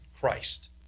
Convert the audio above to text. Christ